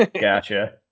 Gotcha